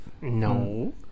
No